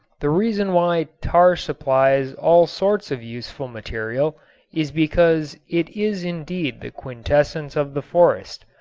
the reason why tar supplies all sorts of useful material is because it is indeed the quintessence of the forest,